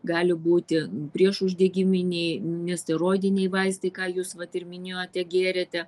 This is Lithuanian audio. gali būti priešuždegiminiai nesteroidiniai vaistai ką jūs vat ir minėjote gėrėte